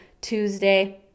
tuesday